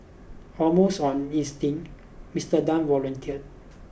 almost on instinct Mister Tan volunteered